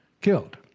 killed